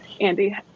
Andy